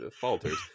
falters